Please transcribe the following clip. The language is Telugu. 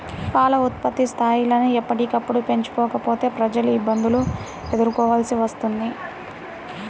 పాల ఉత్పత్తి స్థాయిలను ఎప్పటికప్పుడు పెంచుకోకపోతే ప్రజలు ఇబ్బందులను ఎదుర్కోవలసి వస్తుంది